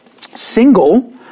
single